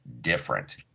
different